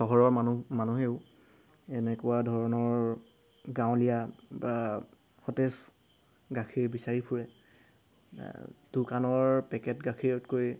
চহৰৰ মানুহ মানুহেও এনেকুৱা ধৰণৰ গাঁৱলীয়া বা সতেজ গাখীৰ বিচাৰি ফুৰে দোকানৰ পেকেট গাখীৰতকৈ